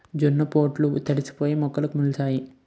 జొన్న పొట్లు తడిసిపోయి మొక్కలు మొలిసేసాయి